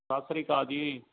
ਸਤਿ ਸ਼੍ਰੀ ਅਕਾਲ ਜੀ